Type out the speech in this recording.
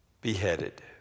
beheaded